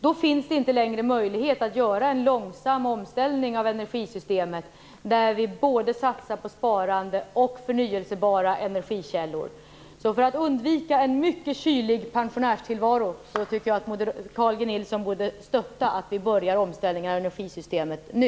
Då finns det inte längre möjligheter att göra en långsam omställning av energisystemet där vi satsar på både sparande och förnybara energikällor. För att undvika en mycket kylig pensionärstillvaro tycker jag alltså att Carl G Nilsson borde stötta att vi påbörjar omställningen av energisystemet nu.